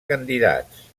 candidats